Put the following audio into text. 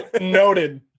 Noted